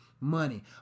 money